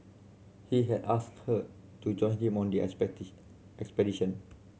he had asked her to join him on the expedition